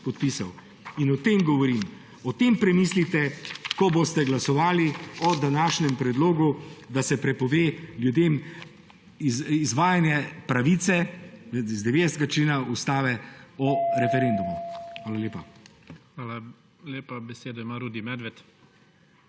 In o tem govorim. O tem premislite, ko boste glasovali o današnjem predlogu, da se prepove ljudem izvajanje pravice iz 90. člena Ustave o referendumu. Hvala lepa. PREDSEDNIK IGOR ZORČIČ: Hvala lepa. Besedo ima Rudi Medved.